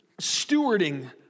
stewarding